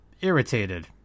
irritated